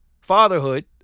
Fatherhood